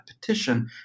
petition